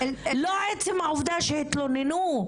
לא עצם העובדה שהתלוננו.